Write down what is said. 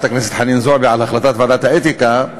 הכנסת חנין זועבי על החלטת ועדת האתיקה,